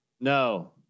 No